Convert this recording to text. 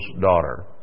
daughter